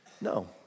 No